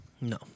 No